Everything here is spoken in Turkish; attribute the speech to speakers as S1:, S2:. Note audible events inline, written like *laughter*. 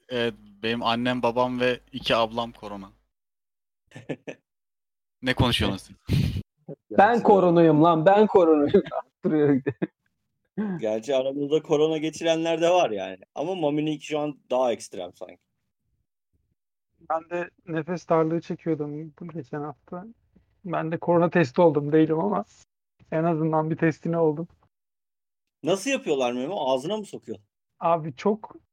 S1: Evet, benim annem, babam ve iki ablam korona.
S2: *laughs*
S1: Ne konuşuyorsunuz?
S3: Ben
S2: Gerçi-
S3: koronayım lan,
S2: *laughs*
S3: ben koronayım. Yaptırıyor bir de.
S4: *laughs*
S2: Gerçi aramızda korona geçirenler de var yani. Ama Mamunik şu an daha ekstrem sanki.
S4: Ben de nefes darlığı çekiyordum bu geçen hafta. Ben de korona testi oldum, değilim ama en azından bir testine oldum.
S2: Nasıl yapıyorlar Memo? Ağzına mı sokuyor?
S4: Abi çok-